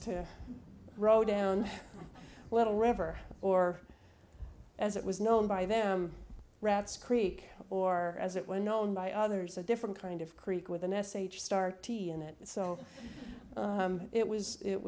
to row down a little river or as it was known by them rats creek or as it when known by others a different kind of creek with an s h star in it so it was it